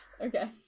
Okay